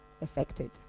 affected